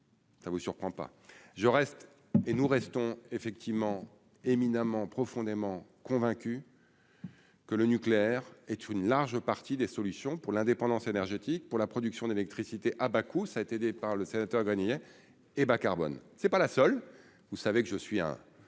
ça vous surprend pas, je reste et nous restons effectivement éminemment profondément convaincu. Que le nucléaire est une large partie des solutions pour l'indépendance énergétique pour la production d'électricité à bas coûts, ça a été aidé par le sénateur gagner et bas carbone, c'est pas la seule, vous savez que je suis un